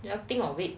you will think of it